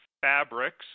fabrics